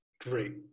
great